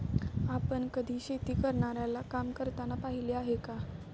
आपण कधी शेती करणाऱ्याला काम करताना पाहिले आहे का?